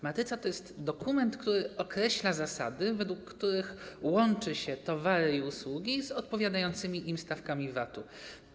Matryca to jest dokument, który określa zasady, według których łączy się towary i usługi z odpowiadającymi im stawkami VAT-u.